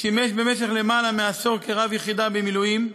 שימש במשך למעלה מעשור כרב יחידה במילואים.